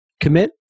Commit